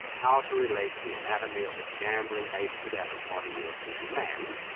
how to relate the anatomy of a shambling ape to that of modern european man,